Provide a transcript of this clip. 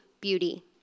beauty